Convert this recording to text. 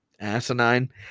asinine